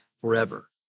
forever